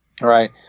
Right